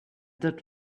that